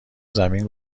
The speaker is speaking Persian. زمین